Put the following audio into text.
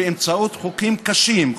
באמצעות חוקים קשים,